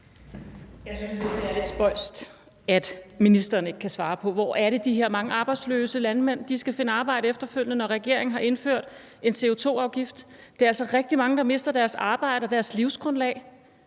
Jeg synes jo, det er lidt spøjst, at ministeren ikke kan svare på, hvor det er, de her mange arbejdsløse landmænd skal finde arbejde efterfølgende, når regeringen har indført en CO2-afgift. Det er altså rigtig mange, der mister deres arbejde og deres livsgrundlag.